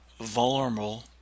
vulnerable